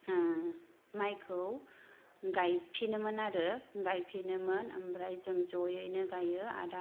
माइखौ गाइफिनोमोन आरो गाइफिनोमोन आरो गाइफिनोमोन ओमफ्राय जों ज'यैनो गायो आदामोन